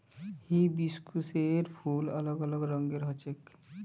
हिबिस्कुसेर फूल अलग अलग रंगेर ह छेक